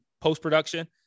post-production